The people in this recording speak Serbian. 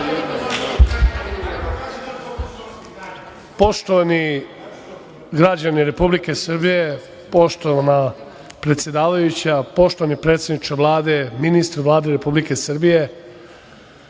Poštovani građani Republike Srbije, poštovana predsedavajuća, poštovani predsedniče Vlade, ministri u Vladi Republike Srbije,